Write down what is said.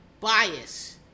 bias